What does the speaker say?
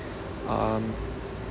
um